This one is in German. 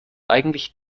eigentlich